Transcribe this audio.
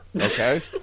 Okay